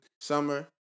summer